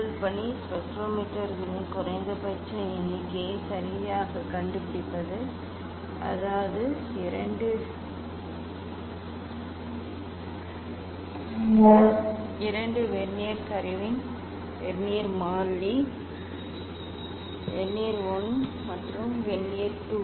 முதல் பணி ஸ்பெக்ட்ரோமீட்டர்களின் குறைந்தபட்ச எண்ணிக்கையை சரியாகக் கண்டுபிடிப்பது அதாவது இரண்டு வெர்னியர் சரிவின் வெர்னியர் மாறிலி வெர்னியர் 1 மற்றும் வெர்னியர் 2